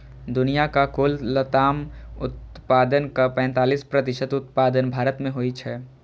दुनियाक कुल लताम उत्पादनक पैंतालीस प्रतिशत उत्पादन भारत मे होइ छै